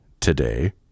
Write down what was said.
Today